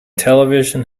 television